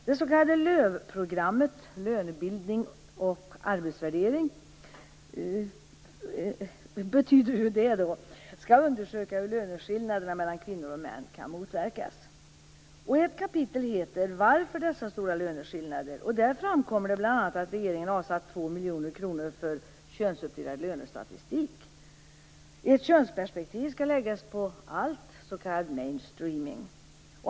Det s.k. LÖV-programmet om lönebildning och arbetsvärdering skall undersöka hur löneskillnaderna mellan kvinnor och män kan motverkas. Ett kapitel heter: Varför dessa stora löneskillnader? Där framkommer bl.a. att regeringen avsatt 2 miljoner kronor för könsuppdelad lönestatistik. Ett könsperspektiv skall läggas på allt, s.k. mainstreaming.